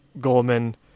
Goldman